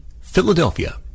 Philadelphia